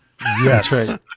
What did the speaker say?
Yes